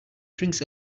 drinks